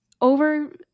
over